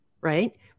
Right